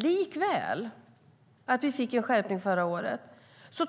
Trots att det blev en skärpning förra året